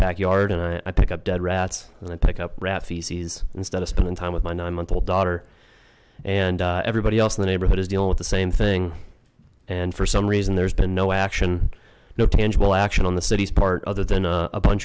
back yard and i pick up dead rats and i pick up rat feces instead of spending time with my nine month old daughter and everybody else in the neighborhood is dealing with the same thing and for some reason there's been no action no tangible action on the city's part other than a bunch